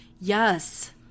Yes